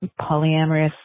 polyamorous